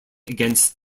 against